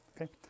Okay